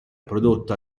prodotta